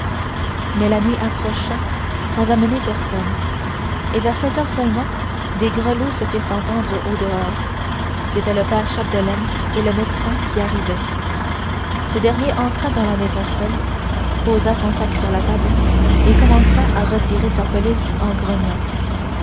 mais la nuit approcha sans amener personne et vers sept heures seulement des grelots se firent entendre au dehors c'étaient le père chapdelaine et le médecin qui arrivaient ce dernier entra dans la maison seul posa son sac sur la table et commença à retirer sa pelisse en grognant